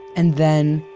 and then,